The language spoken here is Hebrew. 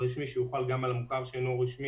הזאת